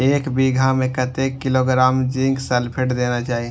एक बिघा में कतेक किलोग्राम जिंक सल्फेट देना चाही?